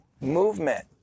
movement